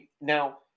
Now